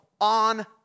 on